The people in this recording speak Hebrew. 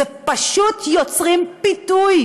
פשוט יוצרים פיתוי